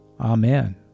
Amen